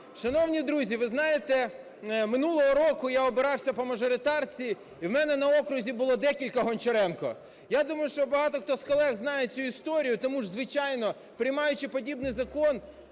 Шановні друзі, ви знаєте, минулого року я обирався по мажоритарці, і у мене на окрузі було кілька Гончаренко. Я думаю, що багато хто з колег знають цю історію, тому ж, звичайно, приймаючи подібний закон,